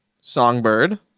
songbird